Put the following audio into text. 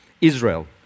Israel